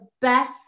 best